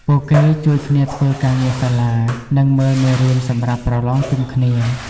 ពួកគេជួយគ្នាធ្វើការងារសាលា និងមើលមេរៀនសម្រាប់ប្រឡងជុំគ្នា។